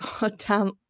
goddamn